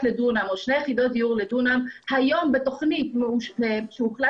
או שתי יחידות דיור לדונם היום בתוכנית שהוחלט